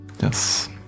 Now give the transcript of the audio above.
yes